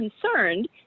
concerned